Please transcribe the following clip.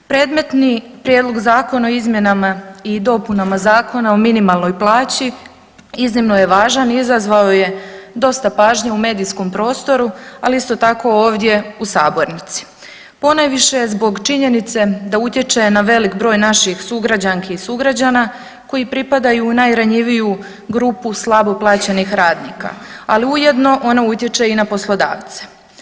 Predmetni Prijedlog zakona o izmjenama dopunama Zakona o minimalnoj plaći iznimno je važan i izazvao je dosta pažnje u medijskom prostoru, ali isto tako ovdje u sabornici ponajviše zbog činjenice da utječe na velik broj naših sugrađanki i sugrađana koji pripadaju u najranjiviju grupu slabo plaćenih radnika, ali ujedno ona utječe i na poslodavce.